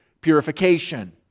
purification